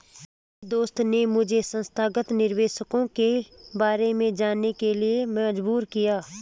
मेरे दोस्त ने मुझे संस्थागत निवेशकों के बारे में जानने के लिए मजबूर किया